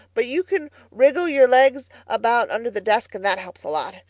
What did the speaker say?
but you can wriggle your legs about under the desk and that helps a lot.